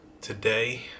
Today